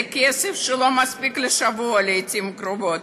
זה כסף שלא מספיק לשבוע לעתים קרובות.